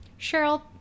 Cheryl